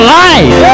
life